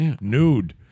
nude